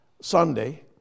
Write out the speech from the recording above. Sunday